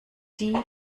die